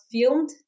filmed